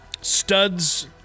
studs